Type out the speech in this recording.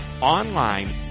online